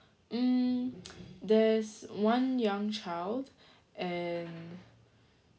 mm there's one young child and